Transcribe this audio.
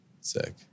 Sick